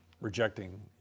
rejecting